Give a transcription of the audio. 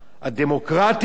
הדמוקרטים?